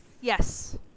Yes